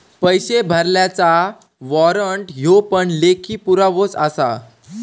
पैशे भरलल्याचा वाॅरंट ह्यो पण लेखी पुरावोच आसा